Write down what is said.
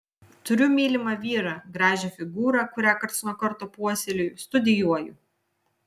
turiu mylimą vyrą gražią figūrą kurią karts nuo karto puoselėju studijuoju